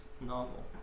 novel